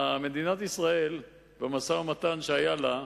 מדינת ישראל, במשא-ומתן שניהלה,